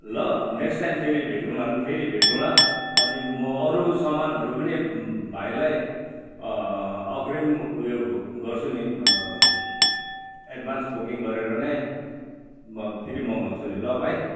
ल next time फेरि भेटुँला फेरि भेटुँला अनि म अरू सामानहरू पनि भाइलाई अग्रिम उयो गर्छु नि एड्भान्स बुकिङ गरेर नै म फेरि मगाउँछु नि ल भाइ